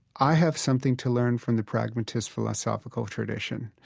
i have something to learn from the pragmatist philosophical tradition.